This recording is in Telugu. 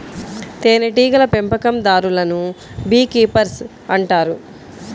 తేనెటీగల పెంపకందారులను బీ కీపర్స్ అంటారు